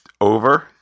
over